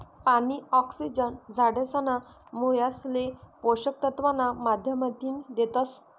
पानी, ऑक्सिजन झाडेसना मुयासले पोषक तत्व ना माध्यमतीन देतस